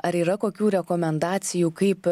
ar yra kokių rekomendacijų kaip